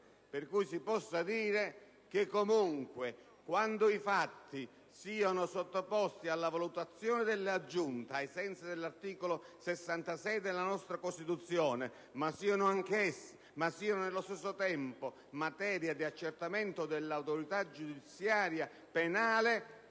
per cui si possa dire che comunque, quando i fatti siano sottoposti alla valutazione della Giunta, ai sensi dell'articolo 66 della nostra Costituzione, ma siano, al contempo, materia di accertamento da parte dell'autorità giudiziaria penale,